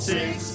Six